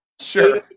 Sure